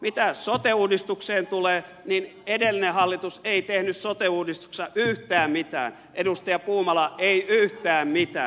mitä sote uudistukseen tulee niin edellinen hallitus ei tehnyt sote uudistuksessa yhtään mitään edustaja puumala ei yhtään mitään